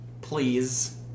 Please